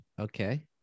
okay